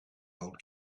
old